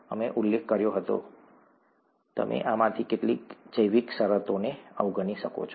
અમે ઉલ્લેખ કર્યો હતો કે તમે આમાંથી કેટલીક જૈવિક શરતોને અવગણી શકો છો